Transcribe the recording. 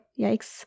yikes